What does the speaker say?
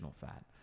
fat